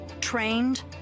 trained